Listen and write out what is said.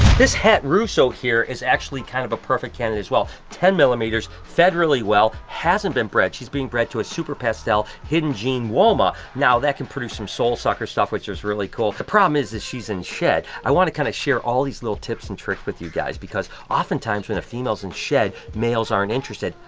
this het russo here is actually kind of a perfect candidate as well ten millimeters, fed really well, hasn't been bred, she's being bred to a super pastel hidden gene woma. now that can produce some soul-sucker stuff which is really cool. the problem is that she's in shed. i wanna kinda share all these little tips and tricks with you guys because oftentimes when a female's in shed, males aren't interested.